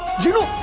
genie.